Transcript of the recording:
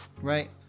right